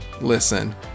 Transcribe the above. listen